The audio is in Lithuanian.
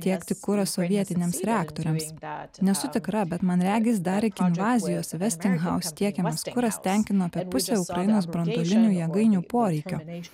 tiekti kurą sovietiniams reaktoriams nesu tikra bet man regis dar iki invazijos vesting house tiekiamas kuras tenkino per pusę ukrainos branduolinių jėgainių poreikio